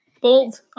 Bold